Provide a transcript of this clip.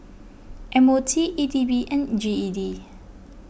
M O T E D B and G E D